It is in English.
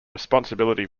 responsibility